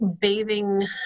bathing